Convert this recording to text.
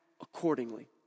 accordingly